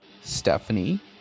Stephanie